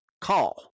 call